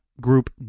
group